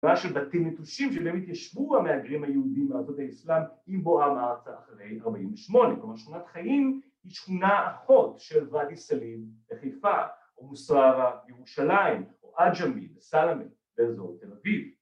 ‫מה של בתים נטושים שבהם התיישבו ‫המהגרים היהודים מארצות האסלאם ‫עם בואם ארצה אחרי 48. ‫כלומר, שכונת חיים היא שכונה ‫אחות של ואדי סאליב בחיפה, ‫או מוסרבה בירושלים, ‫או עג'מי בסלמה, באזור תל אביב.